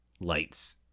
lights